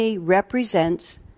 represents